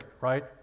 right